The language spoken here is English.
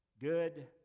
Good